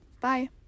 Bye